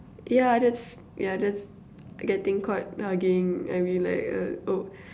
yeah that's yeah that's getting quite hugging I mean like uh oh